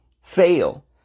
fail